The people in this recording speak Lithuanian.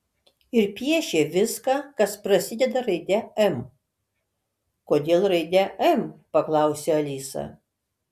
ir piešė viską kas prasideda raide m kodėl raide m paklausė alisa